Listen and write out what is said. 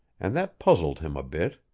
and that puzzled him a bit.